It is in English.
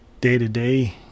day-to-day